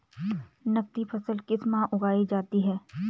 नकदी फसल किस माह उगाई जाती है?